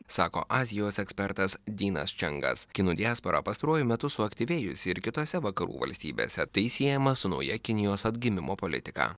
sako azijos ekspertas dynas čengas kinų diaspora pastaruoju metu suaktyvėjusi ir kitose vakarų valstybėse tai siejama su nauja kinijos atgimimo politika